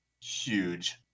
huge